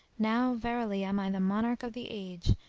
now verily am i the monarch of the age,